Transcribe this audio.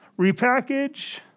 repackage